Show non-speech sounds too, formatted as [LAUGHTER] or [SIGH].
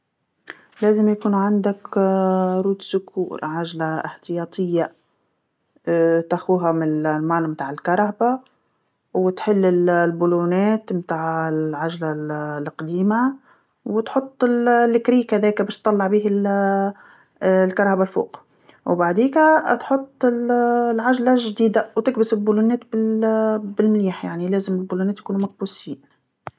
لازم يكون عندك [HESITATION] عجله إحتياطيه، [HESITATION] تاخذها من الصندوق متاع الكرهبه وتحل ال- البولونات متاع العجله ال- القديمه وتحط ال- الرافعه هذاكا باش تطلع بيه [HESITATION] ال- الكرهبا الفوق، وبعديكا تحط ال- العجله الجديده وتكبس البولونات بال- بالمليح يعني لازم البولونات يكون مقبوسين.